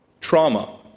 Trauma